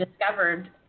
discovered